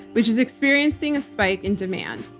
which is experiencing a spike in demand.